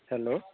hello